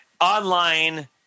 online